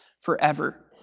forever